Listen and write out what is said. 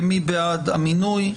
מי בעד המינוי?